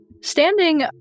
Standing